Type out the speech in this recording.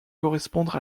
correspondre